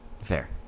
Fair